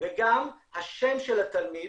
וגם השם של התלמיד